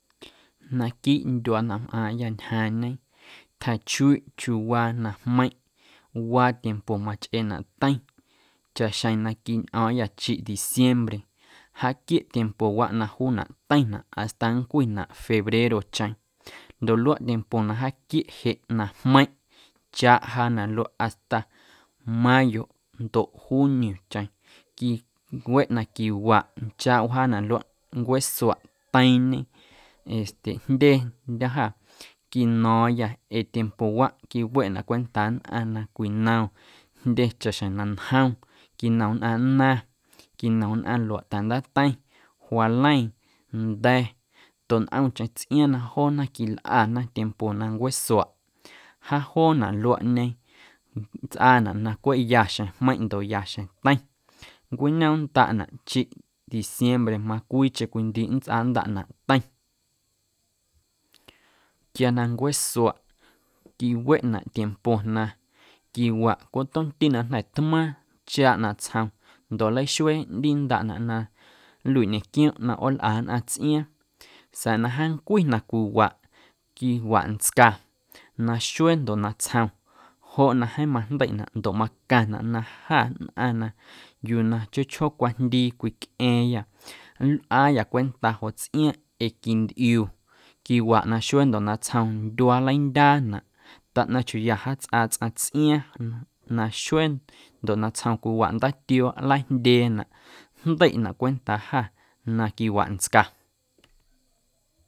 Naquiiꞌ ndyuaa na mꞌaaⁿyâ ñjaaⁿñe tjachuiiꞌ chiuuwaa na jmeiⁿꞌ waa tiempo machꞌeenaꞌ teiⁿ chaꞌxjeⁿ na quiñꞌo̱o̱ⁿyâ jaaquieꞌ tiempowaꞌ na juunaꞌ teiⁿnaꞌ hasta nncwinaꞌ febrerocheⁿ ndoꞌ luaꞌ tiempo na jaquieꞌ jeꞌ na jmeiⁿꞌ nchaaꞌ jaanaꞌ luaꞌ hasta mayoꞌ ndoꞌ juniocheⁿ quiweꞌ na quiwaꞌ nchaaꞌ wjaanaꞌ luaꞌ ncueesuaꞌ teiiⁿñe ee tejndyendyo̱ jâ quino̱o̱ⁿyâ ee tiempowaꞌ quiweꞌna cwentaa nnꞌaⁿ na cwinom jndye chaꞌxjeⁿ na ntjom quinom nnꞌaⁿ nnaⁿ, quinom nnꞌaⁿ luaꞌta̱ndaateiⁿ, jualeiⁿ, nda̱ ndoꞌ ntꞌomcheⁿ tsꞌiaaⁿ na joona quilꞌana tiempo na ncueesuaꞌ jajoonaꞌ luaꞌñe nntsꞌaanaꞌ na cweꞌ ya xjeⁿ jmeiⁿꞌ ndoꞌ ya xjeⁿ teiⁿ nncweꞌñomndaꞌnaꞌ chiꞌ diciembre macwiicheⁿ cwiindiiꞌ nntsꞌaandaꞌnaꞌ teiⁿ. Quia na ncueesuaꞌ quiweꞌnaꞌ tiempo na quiwaꞌ cweꞌ tomti na jnda̱ tmaaⁿ nchaaꞌ natsjom ndoꞌ nlaxuee nꞌndindaꞌnaꞌ na nluiꞌ ñequioomꞌ na ꞌoolꞌa nnꞌaⁿ tsꞌiaaⁿ sa̱a̱ na jaancwi na cwiwaꞌ quiwaꞌntsca naxuee ndoꞌ natsjom joꞌ na jeeⁿ majndeiꞌnaꞌ ndoꞌ macaⁿnaꞌ na jâ nnꞌaⁿ na yuu na chjoo chjoo cwajndii cwicꞌa̱a̱ⁿyâ nlꞌaayâ cwenta joꞌ tsꞌiaaⁿꞌ ee quintꞌiu quiwaꞌ naxuee ndoꞌ natsjom ndyuaa nleindyaanaꞌ taꞌnaⁿ chiuuya jaatsꞌaa tsꞌaⁿ tsꞌiaaⁿ na naxuee ndoꞌ natsjom cwiwaꞌ ndaatioo nlajndyeenaꞌ jndeiꞌnaꞌ cwentaa jâ na quiwaꞌntsca.